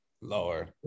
lower